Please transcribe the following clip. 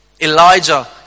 Elijah